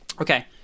Okay